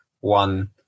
one